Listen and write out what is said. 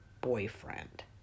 boyfriend